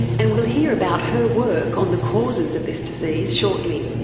and we'll hear about her work on the causes of this disease shortly.